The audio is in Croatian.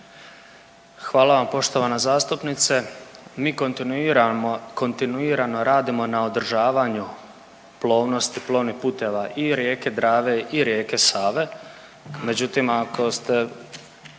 Hvala vam poštovana zastupnice. Mi kontinuirano radimo na održavanju plovnosti i plovnih puteva i rijeke Drave i rijeke Save,